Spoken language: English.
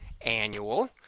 annual